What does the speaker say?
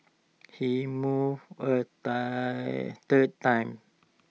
he moved A third time